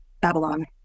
Babylon